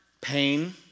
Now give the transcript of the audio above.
pain